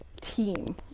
team